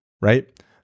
right